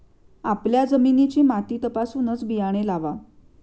आपल्या जमिनीची माती तपासूनच बियाणे लावा